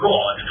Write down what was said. God